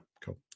cool